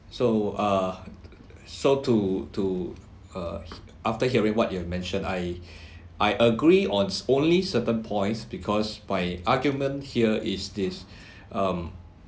so uh so to to uh after hearing what you have mentioned I I agree on only certain points because my argument here is this um